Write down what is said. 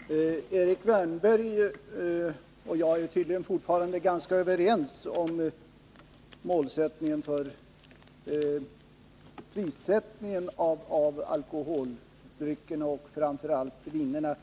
Herr talman! Erik Wärnberg och jag är tydligen fortfarande ganska överens om målet för prissättningen beträffande alkoholdrycker och framför allt viner.